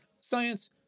science